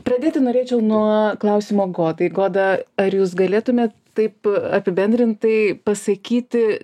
pradėti norėčiau nuo klausimo godai goda ar jūs galėtumėt taip apibendrintai pasakyti